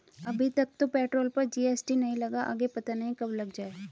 अभी तक तो पेट्रोल पर जी.एस.टी नहीं लगा, आगे पता नहीं कब लग जाएं